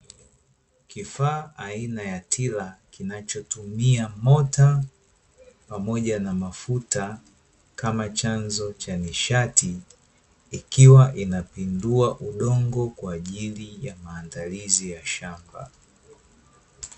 Kifaa aina ya tila kinachotumia mota pamoja na mafuta kama chanzo cha nishati, ikiwa inapindua udongo kwa ajili ya maandalizi ya shamba.